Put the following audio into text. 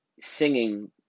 Singing